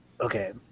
Okay